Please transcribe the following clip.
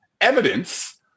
evidence